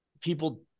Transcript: people